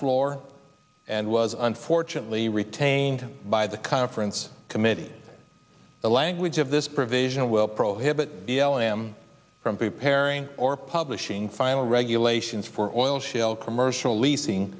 floor and was unfortunately retained by the conference committee the language of this provision will prohibit the l m from preparing or publishing final regular as for oil shale commercial leasing